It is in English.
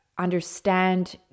Understand